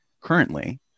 currently